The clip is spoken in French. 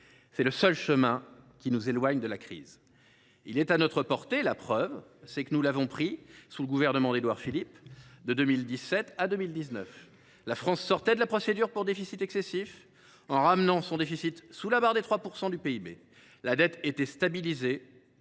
C’est le seul chemin qui nous éloigne de la crise. Il est à notre portée. La preuve, c’est que nous l’avons pris, sous le gouvernement d’Édouard Philippe, de 2017 à 2019. La France sortait de la procédure pour déficit excessif en ramenant son déficit sous la barre des 3 % du PIB. La dette était stabilisée